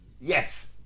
Yes